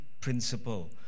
principle